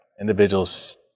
Individuals